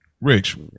rich